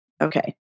Okay